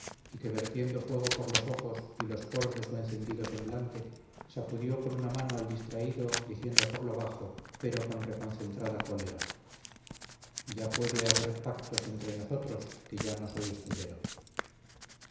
y que vertiendo fuego por los ojos y los poros de su encendido semblante sacudió con una mano al distraído diciendo por lo bajo pero con reconcentrada cólera ya puede haber pactos entre nosotros que ya no soy escudero